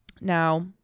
Now